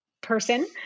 person